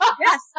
Yes